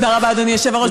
תודה רבה, אדוני היושב-ראש.